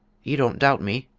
you don't doubt me?